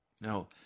Now